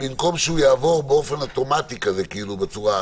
ואני בטוחה שהוועדה תשב ותדון בהן והוועדה לא חייבת לדון אחרי 7 ימים.